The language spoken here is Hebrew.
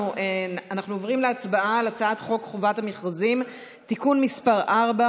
אנחנו עוברים להצבעה על הצעת חוק חובת המכרזים (תיקון מס' 4,